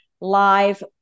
live